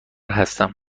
هستم